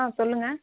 ஆ சொல்லுங்கள்